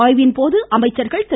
ஆய்வின்போது அமைச்சர்கள் திரு